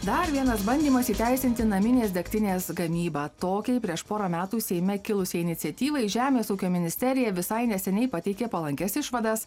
dar vienas bandymas įteisinti naminės degtinės gamybą tokiai prieš porą metų seime kilusiai iniciatyvai žemės ūkio ministerija visai neseniai pateikė palankias išvadas